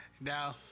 No